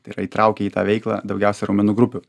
tai yra įtraukia į tą veiklą daugiausia raumenų grupių